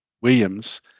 Williams